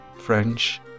French